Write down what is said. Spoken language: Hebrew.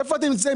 איפה אתם נמצאים?